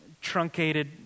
truncated